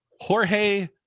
Jorge